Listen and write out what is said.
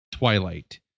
Twilight